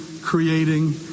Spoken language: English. creating